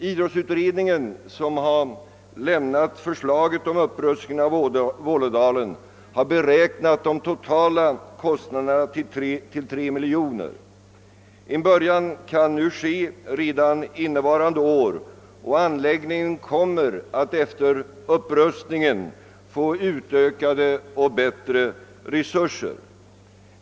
Idrottsutredningen, som lämnat förslag till upprustning av Vålådalen, har beräknat de totala kostnaderna till 3 miljoner kronor. Redan under innevarande år kan man börja en upprustning av anläggningen, som därefter kommer att få utökade och bättre resurser.